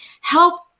help